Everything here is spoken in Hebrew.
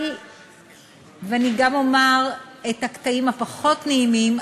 אני גם אומר את הקטעים הפחות-נעימים,